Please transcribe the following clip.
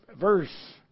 verse